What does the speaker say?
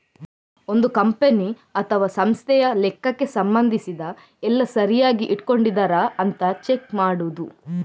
ಒಂದು ಕಂಪನಿ ಅಥವಾ ಸಂಸ್ಥೆಯ ಲೆಕ್ಕಕ್ಕೆ ಸಂಬಂಧಿಸಿದ ಎಲ್ಲ ಸರಿಯಾಗಿ ಇಟ್ಕೊಂಡಿದರಾ ಅಂತ ಚೆಕ್ ಮಾಡುದು